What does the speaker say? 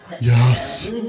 Yes